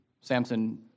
Samson